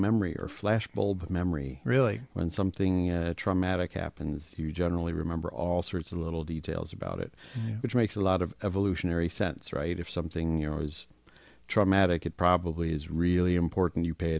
memory or flashbulb memory really when something traumatic happens you generally remember all sorts of little details about it which makes a lot of evolutionary sense right if something you know was traumatic it probably is really important you pay